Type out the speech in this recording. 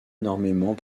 énormément